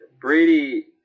Brady